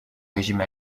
régime